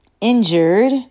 injured